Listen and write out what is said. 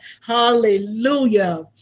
Hallelujah